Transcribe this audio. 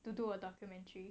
to do a documentary